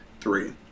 three